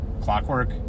Clockwork